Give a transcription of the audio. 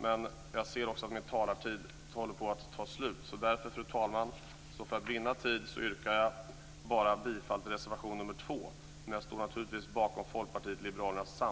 men jag ser att min talartid håller på att ta slut. För att vinna tid, fru talman, yrkar jag bara bifall till reservation nr 2, men jag står naturligtvis bakom